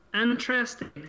interesting